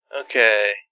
Okay